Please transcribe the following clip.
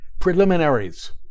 Preliminaries